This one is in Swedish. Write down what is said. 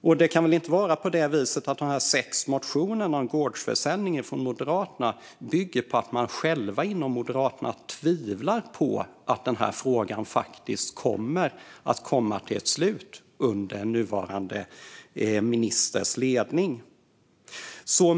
Och det kan väl inte vara på det viset att de sex motionerna om gårdsförsäljning från Moderaterna bygger på att man själva inom Moderaterna tvivlar på att frågan faktiskt kommer att få ett slut under nuvarande ministers ledning?